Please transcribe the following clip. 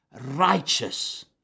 righteous